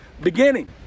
beginning